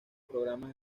programas